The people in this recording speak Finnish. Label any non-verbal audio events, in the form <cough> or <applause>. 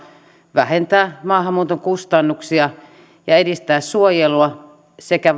vähentää maahanmuuton kustannuksia ja edistää suojelua sekä <unintelligible>